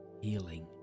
healing